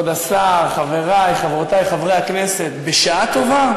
כבוד השר, חברי וחברותי חברי הכנסת, בשעה טובה,